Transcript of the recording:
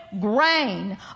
grain